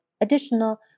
additional